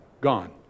gone